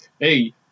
hey